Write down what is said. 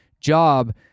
job